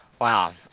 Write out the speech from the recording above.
Wow